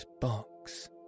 box